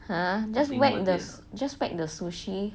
!huh! just whack just whack the sushi